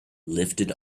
lifted